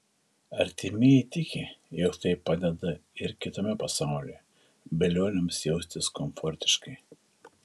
artimieji tiki jog tai padeda ir kitame pasaulyje velioniams jaustis komfortiškai